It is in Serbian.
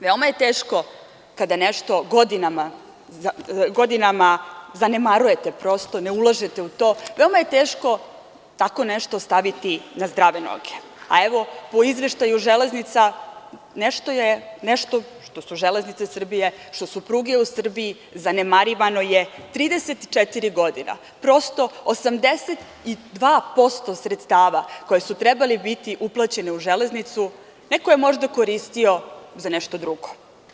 Veoma je teško kada nešto godinama zanemarujete, prosto ne ulažete u to, veoma je teško tako nešto staviti na zdrave noge, a, evo, po izveštaju železnica, nešto što su železnice Srbije, što su pruge u Srbiji zanemarivano je 34 godine, prosto 82% sredstava koja su trebala biti uplaćena u železnicu neko je možda koristio za nešto drugo.